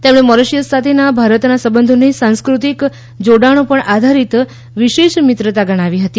તેમણે મોરિશિયસ સાથેના ભારતના સંબંધોને સાંસ્કૃતિક જોડાણો પર આધારિત વિશેષ મિત્રતા ગણાવી હતી